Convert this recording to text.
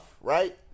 right